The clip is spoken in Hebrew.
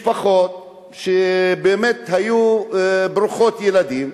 משפחות שבאמת היו ברוכות ילדים,